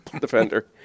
defender